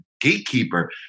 gatekeeper